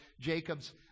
Jacob's